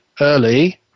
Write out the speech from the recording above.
early